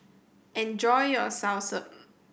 enjoy your soursop